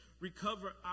recover